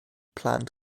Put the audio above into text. planned